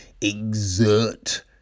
exert